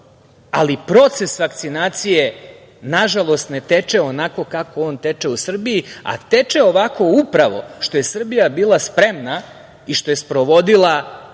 ali proces vakcinacije nažalost ne teče onako kako on teče u Srbiji, a teče ovako upravo što je Srbija bila spremna i što je sprovodila proces